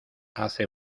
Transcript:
hace